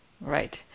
Right